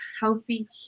healthy